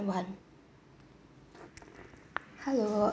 one hello